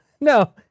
No